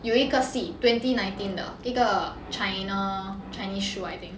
有一个戏 twenty nineteen 的一个 china chinese show I think